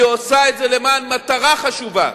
היא עושה את זה למען מטרה חשובה,